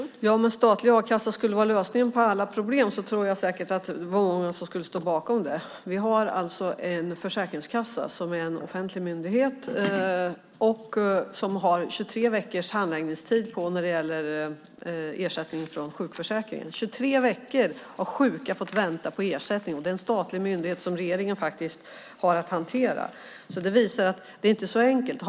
Fru talman! Om en statlig a-kassa skulle vara lösningen på alla problem tror jag säkert att många skulle stå bakom det. Vi har dock en försäkringskassa som är en offentlig myndighet och som har 23 veckors handläggningstid när det gäller ersättning från sjukförsäkringen. I 23 veckor har sjuka fått vänta på ersättning, fast detta är en statlig myndighet som regeringen har att hantera. Det visar att det inte är så enkelt.